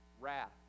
wrath